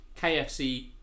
KFC